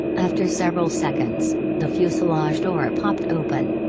after several seconds, the fuselage door popped open.